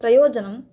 प्रयोजनम्